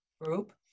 group